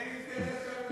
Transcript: אין אינטרס שהממשלה,